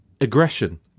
aggression